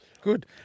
Good